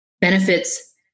benefits